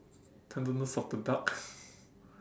tenderness of the duck